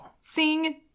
Sing